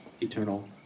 eternal